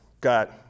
got